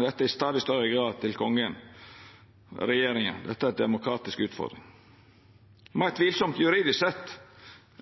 dette i stadig større grad til Kongen og regjeringa. Dette er ei demokratisk utfordring. Meir tvilsamt juridisk sett